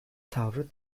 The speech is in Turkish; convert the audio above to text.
tavrı